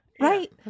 right